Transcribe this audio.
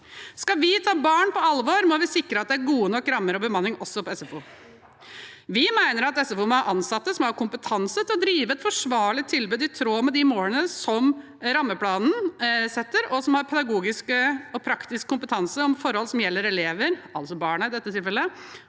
Skal vi ta barn på alvor, må vi sikre at det er gode nok rammer og bemanning også på SFO. Vi mener at SFO må ha ansatte som har kompetanse til å drive et forsvarlig tilbud i tråd med de målene som rammeplanen setter, og som har pedagogisk og praktisk kompetanse om forhold som gjelder elever, altså barna i dette tilfellet,